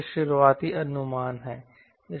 ये शुरुआती अनुमान हैं